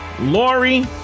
Laurie